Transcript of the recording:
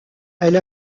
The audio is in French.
elle